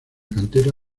cantera